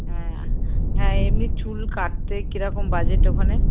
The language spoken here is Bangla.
হ্যাঁ হ্যাঁ এমনি চুল কাটতে কিরকম বাজেট ওখানে